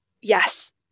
yes